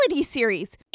series